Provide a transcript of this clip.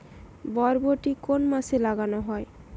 বরবটি কোন মাসে লাগানো হয়?